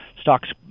Stock's